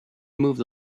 moved